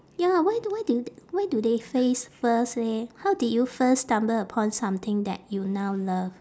ya why d~ why d~ why do they phrase first leh how did you first stumble upon something that you now love